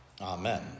Amen